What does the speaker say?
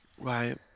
Right